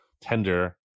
tender